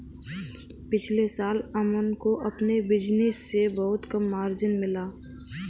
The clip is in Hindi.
पिछले साल अमन को अपने बिज़नेस से बहुत कम मार्जिन मिला